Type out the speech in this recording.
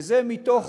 וזה מתוך